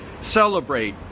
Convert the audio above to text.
celebrate